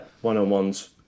one-on-ones